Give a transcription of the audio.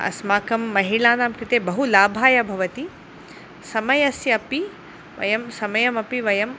अस्माकं महिलानां कृते बहु लाभाय भवति समयस्य अपि वयं समयं अपि वयम्